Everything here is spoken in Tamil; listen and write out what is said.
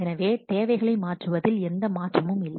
எனவே தேவைகளை மாற்றுவதில் எந்த மாற்றமும் இல்லை